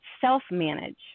self-manage